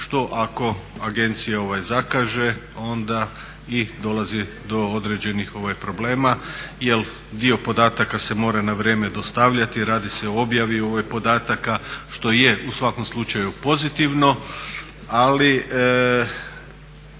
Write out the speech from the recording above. što ako agencija zakaže? Onda i dolazi do određenih problema jer dio podataka se mora na vrijeme dostavljati. Radi se o objavi podataka, što je u svakom slučaju pozitivno. Ali